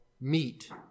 meet